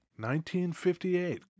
1958